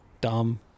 Dumb